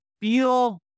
feel